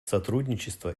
сотрудничество